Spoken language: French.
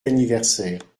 d’anniversaire